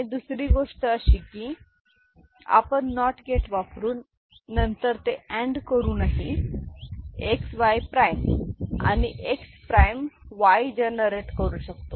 Y' आणि दुसरी गोष्ट अशी की आपण नॉट गेट वापरून आणि नंतर ते अँड करूनही X Y प्राईम XY आणि X prime Y XY generate करू शकतो